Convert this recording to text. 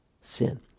sin